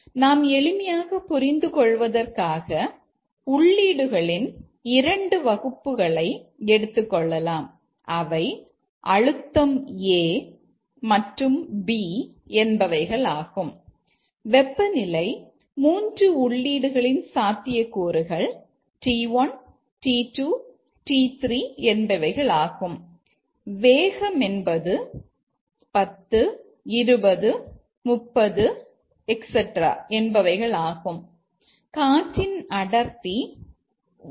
நாம் எளிமையாக புரிந்து கொள்வதற்காக உள்ளீடுகளின் 2 வகுப்புகளை எடுத்துக்கொள்ளலாம் அவை அழுத்தம் A மற்றும் B என்பவைகளாகும் வெப்பநிலை 3 உள்ளீடுகளின் சாத்தியக்கூறுகள் T1 T2 T3 என்பவைகளாகும் வேகம் என்பது 10 20 30 etc என்பவைகளாகும் காற்றின் அடர்த்தி 1